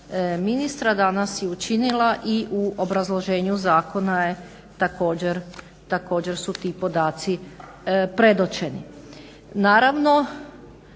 danas i učinila i u obrazloženju zakona također su ti podaci predočeni. Naravno